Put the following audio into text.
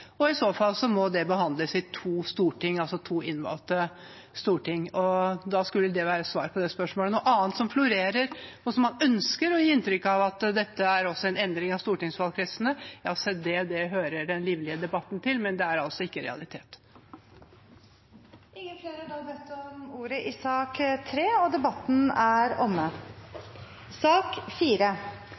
og i så fall må det behandles i to storting, altså to innvalgte storting. Det skulle være svar på det spørsmålet. Noe annet som florerer, og som man ønsker å gi inntrykk av, er at dette også er en endring av stortingsvalgkretsene. Det hører den livlige debatten til, men det er altså ikke en realitet. Flere har ikke bedt om ordet til sak nr. 3. Etter ønske fra kommunal- og